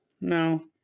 no